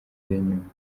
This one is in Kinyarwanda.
nyundo